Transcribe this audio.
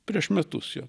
prieš metus jo